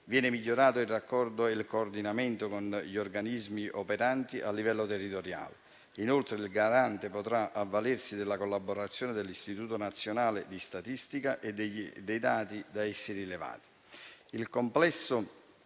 Viene migliorato il raccordo e il coordinamento con gli organismi operanti a livello territoriale; inoltre, il Garante potrà avvalersi della collaborazione dell'Istituto nazionale di statistica e dei dati da esso rilevati.